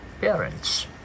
parents